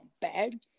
bad